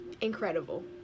incredible